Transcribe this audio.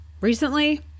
recently